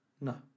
No